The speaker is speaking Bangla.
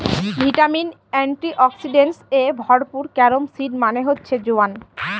ভিটামিন, এন্টিঅক্সিডেন্টস এ ভরপুর ক্যারম সিড মানে হচ্ছে জোয়ান